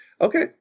okay